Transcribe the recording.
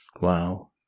Wow